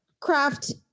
craft